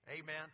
Amen